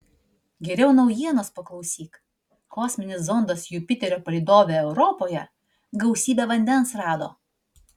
geriau naujienos paklausyk kosminis zondas jupiterio palydove europoje gausybę vandens rado